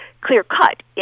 clear-cut